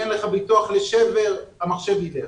אם אין לך ביטוח לשבר המחשב ילך.